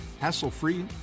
hassle-free